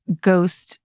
ghost